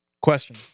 Question